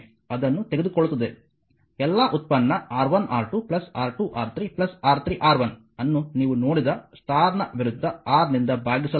ಎಲ್ಲಾ ಉತ್ಪನ್ನ R1R2 R2R3 R3R1 ಅನ್ನು ನೀವು ನೋಡಿದ ಸ್ಟಾರ್ ನ ವಿರುದ್ಧ R ನಿಂದ ಭಾಗಿಸಲಾಗಿದೆ